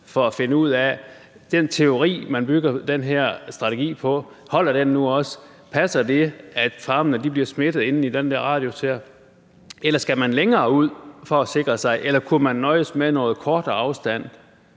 for at finde ud af, om den teori, man bygger den her strategi på, nu også holder, altså om det passer, at dyrene på farme inden for den radius bliver smittet? Eller skal man længere ud for at sikre sig, eller kunne man nøjes med noget kortere afstand?